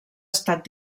estat